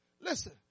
listen